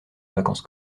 vacances